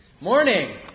Morning